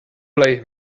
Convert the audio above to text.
blame